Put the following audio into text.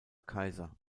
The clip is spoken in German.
kaiser